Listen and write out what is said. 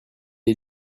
est